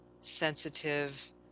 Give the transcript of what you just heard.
sensitive